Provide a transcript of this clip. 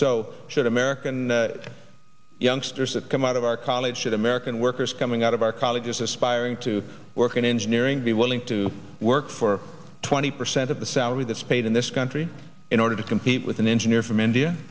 so should american youngsters that come out of our college that american workers coming out of our colleges aspiring to work in engineering be willing to work for twenty percent of the salary that's paid in this country in order to compete with an engineer from india